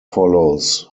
follows